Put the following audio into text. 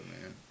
man